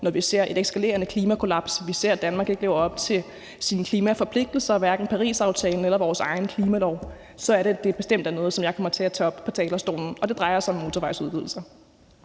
når vi ser et eskalerende klimakollaps, når vi ser, at Danmark ikke lever op til sine klimaforpligtelser – hverken Parisaftalen eller vores egen klimalov. Så er det bestemt noget, som jeg kommer til at tage op på talerstolen, og her drejer det sig om motorvejsudvidelser.